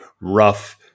rough